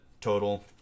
total